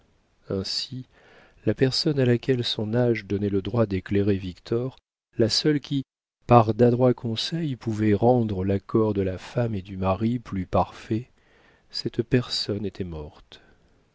ainsi la personne à laquelle son âge donnait le droit d'éclairer victor la seule qui par d'adroits conseils pouvait rendre l'accord de la femme et du mari plus parfait cette personne était morte